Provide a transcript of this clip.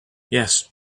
yes